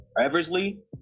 Eversley